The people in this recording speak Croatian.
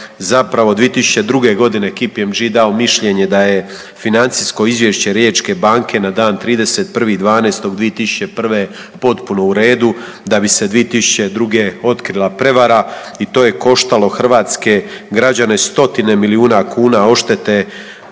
zapravo, 2002. godine KPMG dao mišljenje da je financijsko izvješće Riječke banke na dan 31.12.2001. potpuno u redu da bi se 2002. otkrila prevara i to je koštalo hrvatske građane stotine milijuna kuna odštete